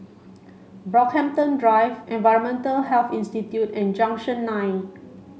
Brockhampton Drive Environmental Health Institute and Junction nine